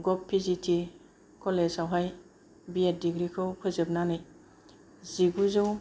गभ्त PGT college आवहाय B Ed degree खौ फोजोबनानै जिगुजौ